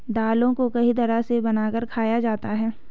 दालों को कई तरह से बनाकर खाया जाता है